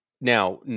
now